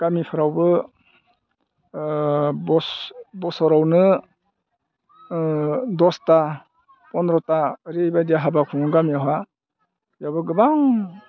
गामिफोरावबो बोसोरावनो दसथा फनद्र'था ओरैबायदि हाबा खुङो गामियावहाय बेयावबो गोबां